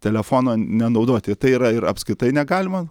telefono nenaudoti tai yra ir apskritai negalima